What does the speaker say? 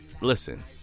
listen